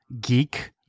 geek